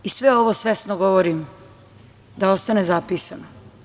Sve ovo svesno govorim, da ostane zapisano.